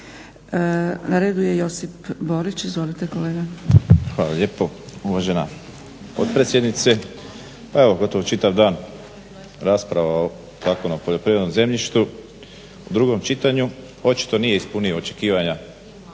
Na redu je Josip Borić. Izvolite kolega. **Borić, Josip (HDZ)** Hvala lijepa uvažena potpredsjednice. Pa evo gotovo čitav dan rasprava o Zakonu o poljoprivrednom zemljištu. U drugom čitanju očito nije ispunio očekivanja